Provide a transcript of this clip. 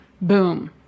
boom